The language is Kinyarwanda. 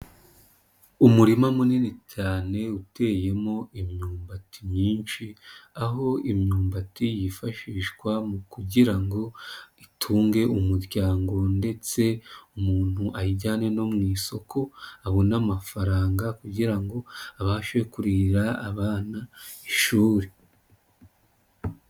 Umurima munini cyane uteyemo imyumbati myinshi, aho imyumbati yifashishwa mu kugira ngo itunge umuryango ndetse umuntu ayijyane no mu isoko abona amafaranga kugira ngo abashe kurihirira abana ishuri.